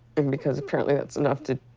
and because apparently that's enough to